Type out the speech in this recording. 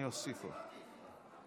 אני אוסיף אותך.